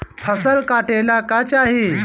फसल काटेला का चाही?